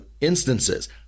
instances